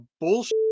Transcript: bullshit